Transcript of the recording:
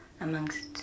amongst